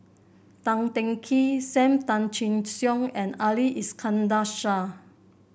Tan Teng Kee Sam Tan Chin Siong and Ali Iskandar Shah